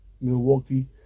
Milwaukee